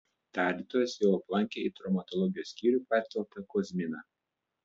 tardytojas jau aplankė į traumatologijos skyrių perkeltą kozminą